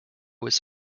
was